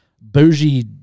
bougie